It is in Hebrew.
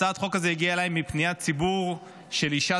הצעת החוק הזאת הגיעה אליי מפניית ציבור של אישה